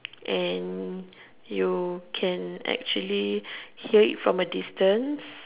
and you can actually hear it from a distance